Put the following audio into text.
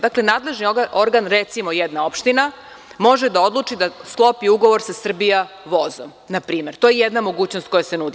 Dakle, nadležni organ, recimo, jedna opština, može da odluči da sklopi ugovor sa „Srbijavozom“, npr. to je jedna mogućnost koja se nudi.